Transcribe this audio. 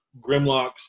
Grimlocks